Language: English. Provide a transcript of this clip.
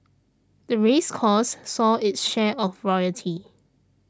the race course saw its share of royalty